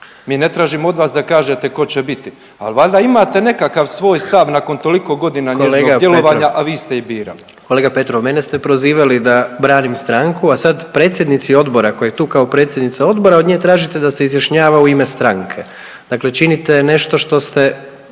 Mi ne tražimo od vas da kažete ko će biti, al valjda imate nekakav svoj stav nakon toliko godina njezinog djelovanja…/Upadica predsjednik: Kolega Petrov/…a vi ste je birali. **Jandroković, Gordan (HDZ)** Kolega Petrov, mene ste prozivali da branim stranku, a sad predsjednici odbora, koja je tu kao predsjednica odbora, od nje tražite da se izjašnjava u ime stranke, dakle činite nešto što ste